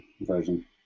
version